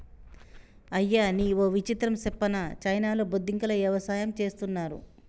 అయ్యనీ ఓ విచిత్రం సెప్పనా చైనాలో బొద్దింకల యవసాయం చేస్తున్నారు